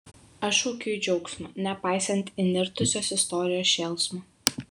aš šaukiu į džiaugsmą nepaisant įnirtusios istorijos šėlsmo